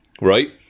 right